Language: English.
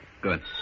Good